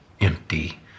empty